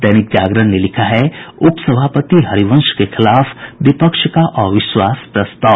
दैनिक जागरण ने लिखा है उपसभापति हरिवंश के खिलाफ विपक्ष का अविश्वास प्रस्ताव